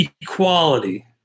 Equality